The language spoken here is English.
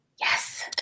Yes